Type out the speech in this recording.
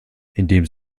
indem